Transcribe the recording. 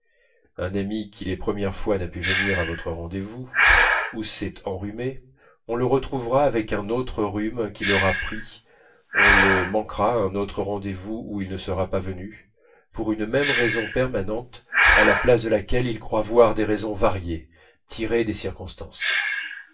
un ami qui les premières fois n'a pu venir à votre rendez-vous ou s'est enrhumé on le retrouvera avec un autre rhume qu'il aura pris on le manquera à un autre rendez-vous où il ne sera pas venu pour une même raison permanente à la place de laquelle il croit avoir des raisons variées tirées des circonstances